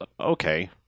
okay